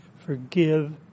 forgive